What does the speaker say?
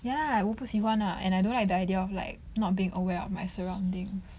ya 我不喜欢 lah and I don't like the idea of like not being aware of my surroundings